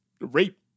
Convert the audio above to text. rape